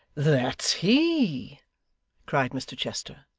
that's he cried mr chester.